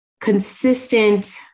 consistent